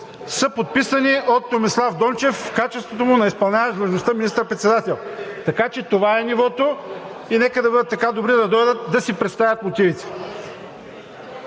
са подписани от Томислав Дончев в качеството му на изпълняващ длъжността министър-председател. Така че това е нивото и нека да бъдат така добри да дойдат да си представят мотивите.